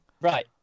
right